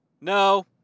No